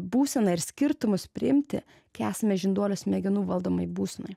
būseną ir skirtumus priimti kai esame žinduolio smegenų valdomoj būsenoj